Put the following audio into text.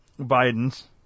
Biden's